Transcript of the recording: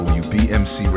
wbmc